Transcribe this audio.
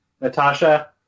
Natasha